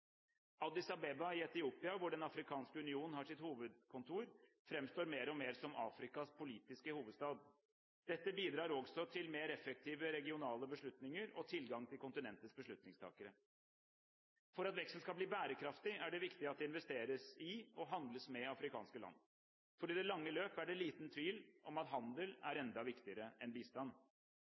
Abeba i Etiopia, hvor Den afrikanske union har sitt hovedkontor, framstår mer og mer som Afrikas politiske hovedstad. Dette bidrar også til mer effektive regionale beslutninger og tilgang til kontinentets beslutningstakere. For at veksten skal bli bærekraftig, er det viktig at det investeres i og handles med afrikanske land. For i det lange løp er det liten tvil om at handel er enda viktigere enn bistand.